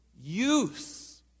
Use